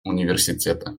университета